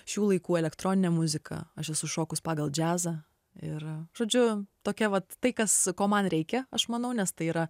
šių laikų elektroninę muziką aš esu šokus pagal džiazą ir žodžiu tokia vat tai kas ko man reikia aš manau nes tai yra